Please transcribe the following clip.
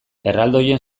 erraldoien